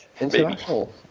International